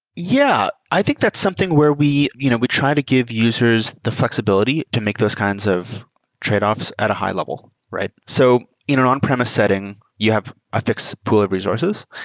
yeah. i think that's something where we you know we try to give users the flexibility to make those kinds of tradeoffs at a high level, right? so in and on-premise setting, you have a fixed pool of resources,